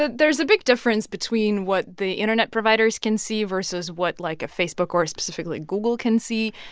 ah there's a big difference between what the internet providers can see versus what, like, a facebook or specifically google can see.